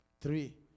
Three